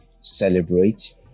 celebrate